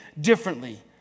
differently